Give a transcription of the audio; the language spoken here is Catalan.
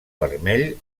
vermell